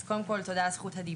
אז קודם כל, תודה על זכות הדיבור.